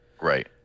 Right